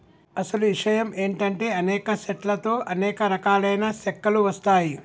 అసలు ఇషయం ఏంటంటే అనేక సెట్ల తో అనేక రకాలైన సెక్కలు వస్తాయి